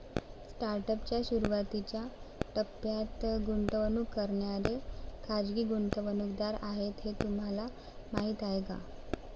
Startup च्या सुरुवातीच्या टप्प्यात गुंतवणूक करणारे खाजगी गुंतवणूकदार आहेत हे तुम्हाला माहीत आहे का?